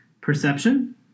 perception